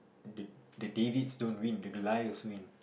the the Davids don't win the Goliaths win